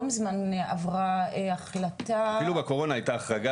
לא מזמן עברה החלטה --- אפילו בקורונה היתה החרגה